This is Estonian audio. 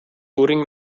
uuring